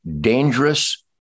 dangerous